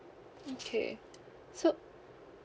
okay so